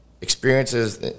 experiences